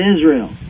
Israel